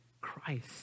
Christ